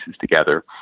together